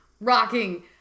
rocking